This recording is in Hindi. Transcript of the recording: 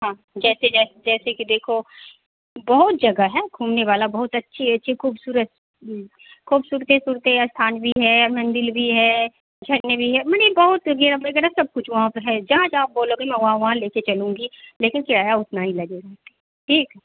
हाँ जैसे जैसे जैसे कि देखो बहुत जगह है घूमने वाला बहुत अच्छी अच्छी खूबसूरत खूबसूरते सूरते स्थान भी है मंदिर भी है झरने भी हैं माने बहुत वगैरह वगैरह सब कुछ वहाँ पर है जहाँ जहाँ आप बोलोगे मैं वहाँ वहाँ लेकर चलूँगी लेकिन किराया उतना ही लगेगा ठीक